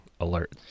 alert